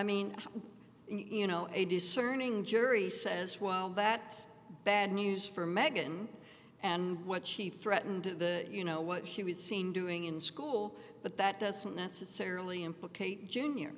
mean you know a discerning jury says well that's bad news for meghan and what she threatened to you know what she was seen doing in school but that doesn't necessarily implicate